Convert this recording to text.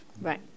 Right